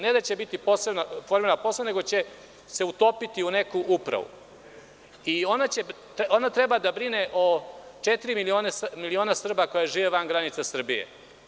Neće biti formirana posebna, nego će se utopiti u neku upravu i ona treba da brine o četiri miliona Srba koji žive van granica Srbije.